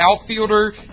outfielder